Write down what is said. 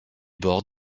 bords